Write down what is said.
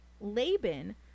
Laban